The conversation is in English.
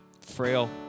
frail